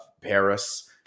Paris